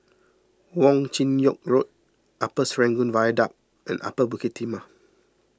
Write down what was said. Wong Chin Yoke Road Upper Serangoon Viaduct and Upper Bukit Timah